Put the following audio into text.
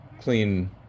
clean